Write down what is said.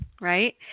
right